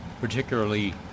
particularly